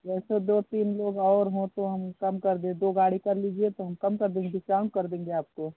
जैसे दो तीन लोग और हैं तो हम कम कर देंगे दो गाड़ी कर लीजिए तो हम कम कर देंगे डिस्काउंट कर देंगे आपको